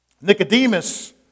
Nicodemus